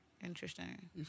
Interesting